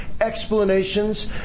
explanations